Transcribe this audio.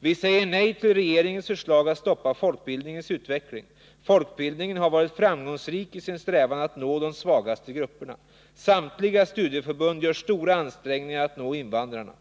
Vi säger nej till regeringens förslag att stoppa folkbildningens utveckling. Folkbildningen har varit framgångsrik i sin strävan att nå de svagaste grupperna. Samtliga studieförbund gör stora ansträngningar att nå invandrarna.